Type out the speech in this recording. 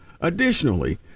Additionally